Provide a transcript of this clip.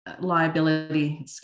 liability